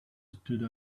stood